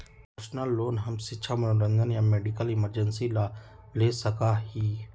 personal loan हम शिक्षा मनोरंजन या मेडिकल इमरजेंसी ला ले सका ही